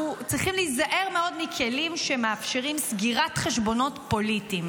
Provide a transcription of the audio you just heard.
אנחנו צריכים להיזהר מאוד מכלים שמאפשרים סגירת חשבונות פוליטיים,